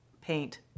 paint